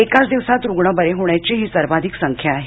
एकाच दिवसांत रुग्ण बरे होण्याची ही सर्वाधिक संख्या आहे